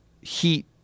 heat